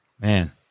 man